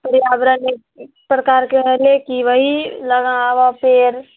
पर्यावरण एक प्रकारकेँ होलै कि ओएह लगबए पेड़